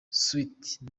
sweety